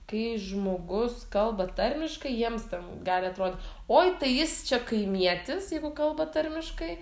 kai žmogus kalba tarmiškai jiems ten gali atrodyt oi tai jis čia kaimietis jeigu kalba tarmiškai